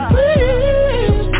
Please